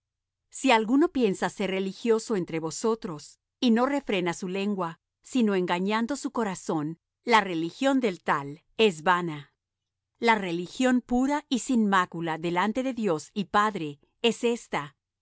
si alguno piensa ser religioso entre vosotros y no refrena su lengua sino engañando su corazón la religión del tal es vana la religión pura y sin mácula delante de dios y padre es esta